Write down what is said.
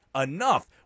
enough